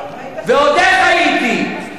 ועוד איך הייתי.